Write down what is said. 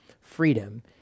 freedom